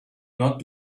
not